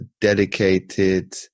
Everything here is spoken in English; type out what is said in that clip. dedicated